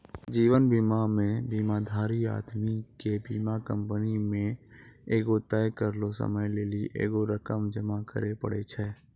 जीवन बीमा मे बीमाधारी आदमी के बीमा कंपनी मे एगो तय करलो समय लेली एगो रकम जमा करे पड़ै छै